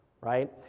right